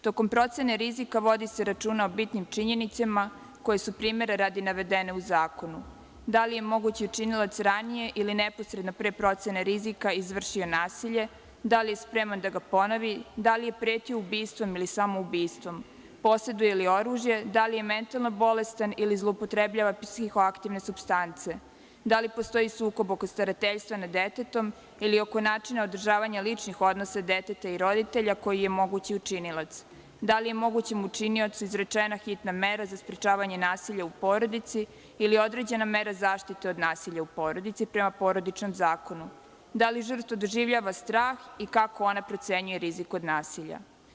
Tokom procene rizika vodi se računa o bitnim činjenicama koje su, primera radi, navedene u zakonu, da li je mogući učinilac ranije ili neposredno pre procene rizika izvršio nasilje, da li je spreman da ga ponovi, da li je pretio ubistvom ili samoubistvom, poseduje li oružje, da li je mentalno bolestan ili zloupotrebljava psihoaktivne supstance, da li postoji sukob oko starateljstva nad detetom ili oko načina održavanja ličnih odnosa deteta i roditelja koji je mogući učinilac, da li je mogućem učiniocu izrečena hitna mera za sprečavanje nasilja u porodici ili je određena mera zaštite od nasilja u porodici prema Porodičnom zakonu, da li žrtva doživljava strah i kako ona procenjuje rizik od nasilja.